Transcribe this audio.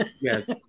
Yes